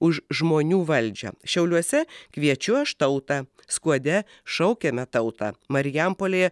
už žmonių valdžią šiauliuose kviečiu aš tautą skuode šaukiame tautą marijampolėje